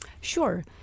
Sure